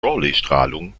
raleighstrahlung